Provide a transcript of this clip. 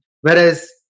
whereas